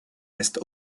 reste